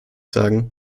sagen